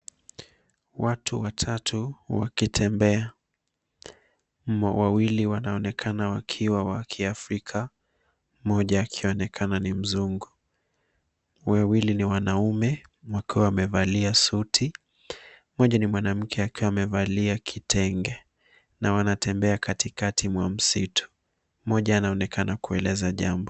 Watu watatu wakitembea wawili wanaonekana wakiwa wakiafrika mmoja akionekana ni mzungu. Wawili ni wanaume wakiwa wamevalia suti. Mmoja ni mwanamke akiwa amevalia kitenge na wanatembea katikati mwa msitu mmoja anaonekana kueleza jambo.